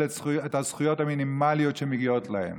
את הזכויות המינימליות שמגיעות לה.